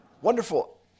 wonderful